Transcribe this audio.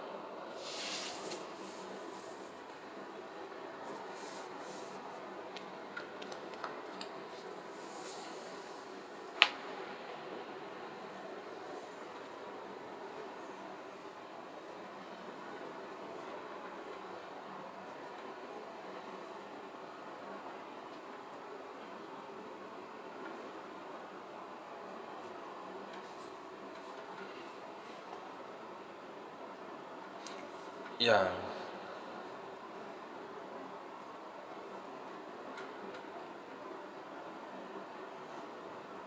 ya